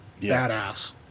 badass